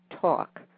talk